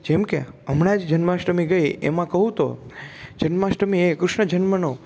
જેમકે હમણાં જ જન્માષ્ટમી ગઈ એમાં કહું તો જન્માષ્ટમી એ કૃષ્ણ જન્મનો